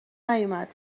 نیومد